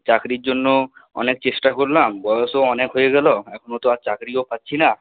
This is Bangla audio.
চাকরির জন্য অনেক চেষ্টা করলাম বয়সও অনেক হয়ে গেল এখন তো আর চাকরিও পাচ্ছি না